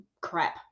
Crap